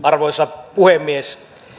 arvoisa puhemies